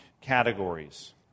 categories